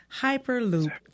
Hyperloop